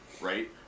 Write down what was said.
right